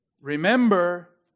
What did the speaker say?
remember